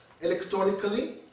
electronically